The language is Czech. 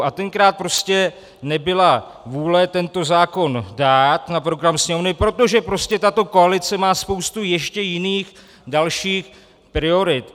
A tenkrát prostě nebyla vůle tento zákon dát na program Sněmovny, protože prostě tato koalice má spoustu ještě jiných, dalších priorit.